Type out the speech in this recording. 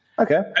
Okay